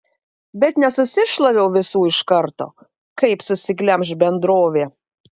bet nesusišlaviau visų iš karto kaip susiglemš bendrovė